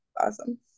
Awesome